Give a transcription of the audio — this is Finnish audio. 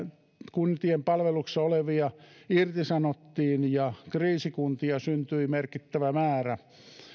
kuntien palveluksessa olevia irtisanottiin ja kriisikuntia syntyi merkittävä määrä